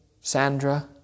Sandra